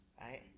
right